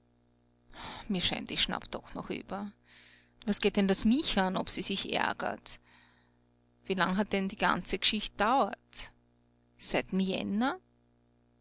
mir scheint ich schnapp doch noch über was geht denn das mich an ob sie sich ärgert wie lang hat denn die ganze g'schicht gedauert seit'm